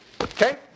Okay